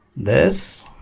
this